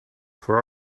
for